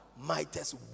mightest